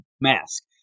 mask